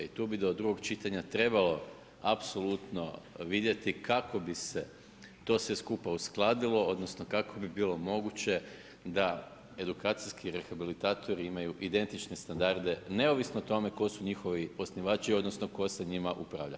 I tu bi do drugog čitanja trebalo apsolutno vidjeti kako bi se to sve skupa uskladilo odnosno kako bi bilo moguće da edukacijski rehabilitatori imaju identične standarde neovisno o tome tko su njihovi osnivači odnosno tko sa njima upravlja.